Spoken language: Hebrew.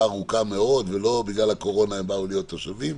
ארוכה מאוד ולא בגלל הקורונה הם באו להיות תושבים.